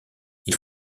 ils